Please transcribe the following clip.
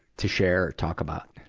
to share, talk about?